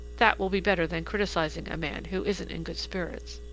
that will be better than criticising a man who isn't in good spirits.